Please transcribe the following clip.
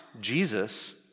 Jesus